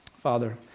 Father